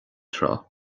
tráth